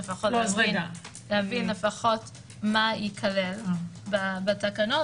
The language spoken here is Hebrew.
לפחות להבין מה ייכלל בתקנות